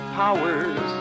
powers